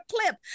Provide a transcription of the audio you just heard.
clip